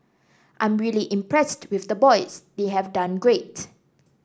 I'm really impressed with the boys they have done great